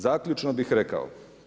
Zaključno bih rekao.